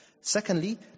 Secondly